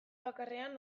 bakarrean